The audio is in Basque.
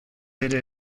bere